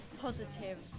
positive